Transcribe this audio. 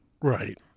Right